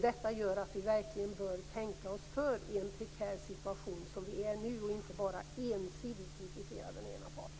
Detta gör att vi verkligen bör tänka oss för i en sådan prekär situation som vi är i nu och inte bara ensidigt kritisera den ena parten.